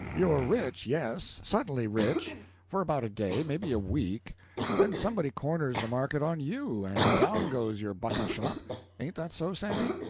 you're rich yes suddenly rich for about a day, maybe a week then somebody corners the market on you, and down goes your bucket-shop ain't that so, sandy?